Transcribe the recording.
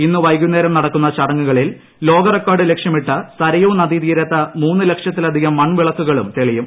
ഇന്നു വൈകുന്നേരം നടക്കുന്ന ചടങ്ങു കളിൽ ലോക റെക്കാർഡ് ലക്ഷ്യമിട്ട് സരയൂ നദീതീരത്ത് മൂന്ന ലക്ഷത്തിധികം മൺവിളക്കുകളും തെളിയും